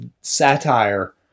satire